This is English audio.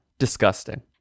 Disgusting